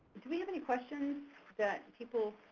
do we have any questions that people?